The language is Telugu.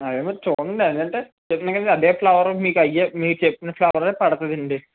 అదేమరి చూడండి అదంటే చెప్తున్నాగా అదే ఫ్లవరు మీకు అవే మీరు చెప్పిన ఫ్లవరే పడతుందండి